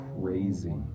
crazy